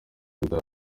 gutaha